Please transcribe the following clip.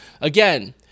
again